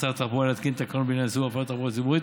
שר התחבורה להתקין תקנות בעניין איסור הפעלת תחבורה ציבורית